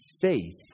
faith